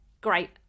great